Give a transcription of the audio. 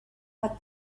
but